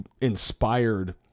inspired